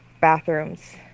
bathrooms